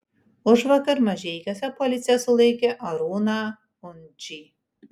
užvakar mažeikiuose policija sulaikė arūną undžį